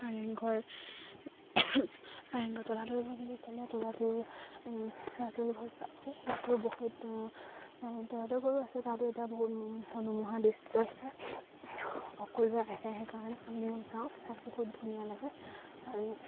কাৰেংঘৰ কাৰেংঘৰ তলাতল ঘৰ বুলি ক'লে তলাতল তলাতল ঘৰ আছে সেইটো বহুত তলাতল ঘৰো আছে তাতো এতিয়া বহুত মনোমোহা দৃশ্য খাই অকল আহে সেইকাৰণে আমিও যাওঁ সেইটো খুব ধুনীয়া লাগে আৰু